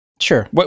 Sure